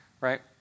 right